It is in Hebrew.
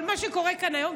מה שקורה כאן היום,